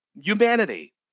humanity